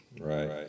Right